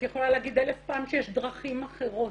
את יכולה להגיד 1000 פעם שיש דרכים אחרות.